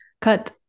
cut